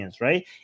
right